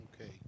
Okay